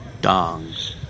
Dongs